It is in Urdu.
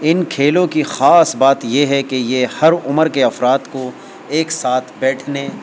ان کھیلوں کی خاص بات یہ ہے کہ یہ ہر عمر کے افراد کو ایک ساتھ بیٹھنے